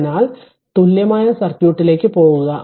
അതിനാൽ തുല്യമായ സർക്യൂട്ടിലേക്ക് പോകുക